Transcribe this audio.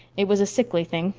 it was a sickly thing.